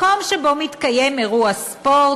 מקום שבו מתקיים אירוע ספורט,